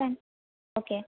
fine okay